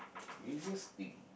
easiest thing